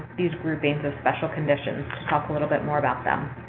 these groupings of special conditions, to talk a little bit more about them.